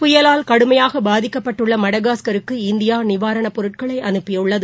புயலால் கடுமையாக பாதிக்கப்பட்டுள்ள மடகாஸ்கருக்கு இந்தியா நிவாரணப் பொருட்களை அனுப்பியுள்ளது